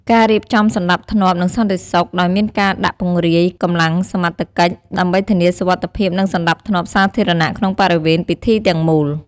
ការរៀបចំសណ្ដាប់ធ្នាប់ និងសន្តិសុខ ដោយមានការដាក់ពង្រាយកម្លាំងសមត្ថកិច្ច ដើម្បីធានាសុវត្ថិភាព និងសណ្ដាប់ធ្នាប់សាធារណៈក្នុងបរិវេណពិធីទាំងមូល។